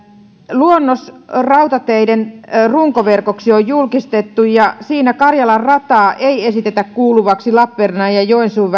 luonnos rautateiden runkoverkoksi on julkistettu ja siinä karjalan rataa ei esitetä kuuluvaksi lappeenrannan ja ja joensuun